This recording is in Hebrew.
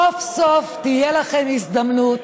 סוף-סוף תהיה לכם הזדמנות